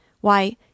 Why